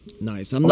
Nice